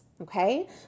Okay